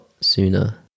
sooner